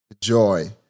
Joy